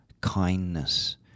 kindness